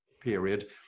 period